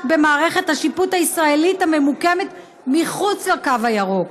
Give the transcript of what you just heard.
במערכת השיפוט הישראלית הממוקמת מחוץ לקו הירוק,